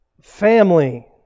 Family